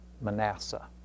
Manasseh